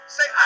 Say